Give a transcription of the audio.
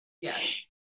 Yes